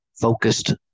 focused